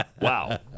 wow